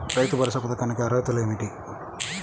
రైతు భరోసా పథకానికి అర్హతలు ఏమిటీ?